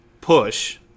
push